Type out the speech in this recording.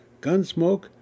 Gunsmoke